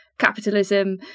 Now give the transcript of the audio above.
capitalism